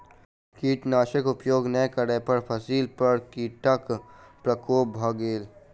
कीटनाशक उपयोग नै करै पर फसिली पर कीटक प्रकोप भ गेल